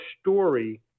story